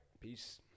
Peace